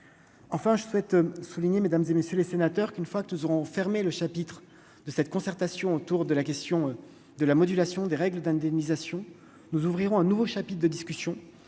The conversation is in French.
enfin je souhaite souligner mesdames et messieurs les sénateurs, qu'une fois que nous aurons fermé le chapitre de cette concertation autour de la question de la modulation des règles d'indemnisation, nous ouvrirons un nouveau chapitre de discussions